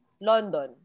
London